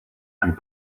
and